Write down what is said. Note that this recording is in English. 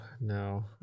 no